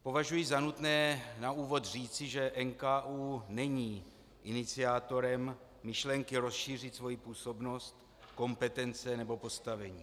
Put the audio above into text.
Považuji za nutné na úvod říci, že NKÚ není iniciátorem myšlenky rozšířit svoji působnost, kompetence nebo postavení.